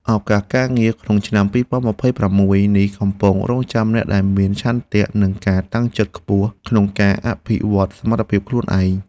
ឱកាសការងារក្នុងឆ្នាំ ២០២៦ នេះកំពុងរង់ចាំអ្នកដែលមានឆន្ទៈ និងការតាំងចិត្តខ្ពស់ក្នុងការអភិវឌ្ឍសមត្ថភាពខ្លួនឯង។